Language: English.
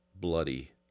bloody